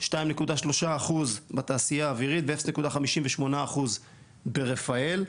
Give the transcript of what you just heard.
- 2.3% בתעשייה אווירית ו-0.58% ברפאל.